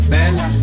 Bella